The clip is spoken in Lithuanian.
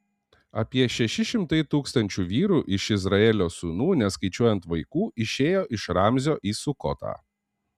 apie šeši šimtai tūkstančių vyrų iš izraelio sūnų neskaičiuojant vaikų išėjo iš ramzio į sukotą